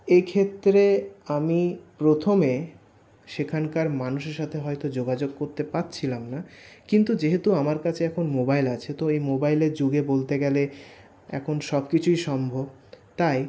এক্ষেত্রে আমি প্রথমে সেখানকার মানুষের সাথে হয়তো যোগাযোগ করতে পারছিলাম না কিন্তু যেহেতু আমার কাছে এখন মোবাইল আছে তো এই মোবাইলের যুগে বলতে গেলে এখন সব কিছুই সম্ভব তাই